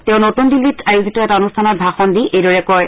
তেওঁ নতুন দিল্লীত আয়োজিত এটা অনুষ্ঠানত ভাষণ দি এইদৰে কয়